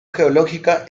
geológica